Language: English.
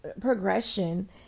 progression